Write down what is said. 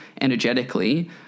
energetically